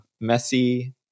messy